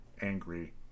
angry